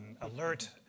alert